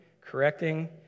correcting